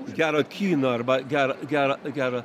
už gerą kiną arba gerą gerą gerą